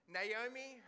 Naomi